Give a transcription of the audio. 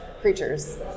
creatures